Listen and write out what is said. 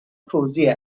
توزیع